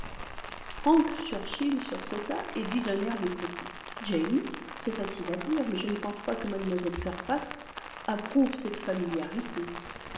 frank churchill sursauta et dit d'un air mécontent jane c'est facile à dire mais je ne pense pas que mlle fairfax approuve cette familiarité